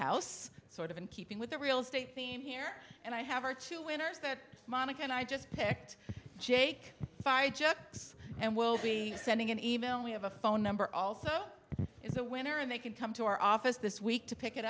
house sort of in keeping with the real estate theme here and i have our two winners that monica and i just picked jake fired jets and will be sending an email we have a phone number also is a winner and they could come to our office this week to pick it